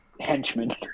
henchmen